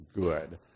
good